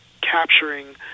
capturing